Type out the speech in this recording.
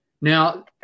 Now